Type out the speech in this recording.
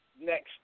next